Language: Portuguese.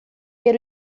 ver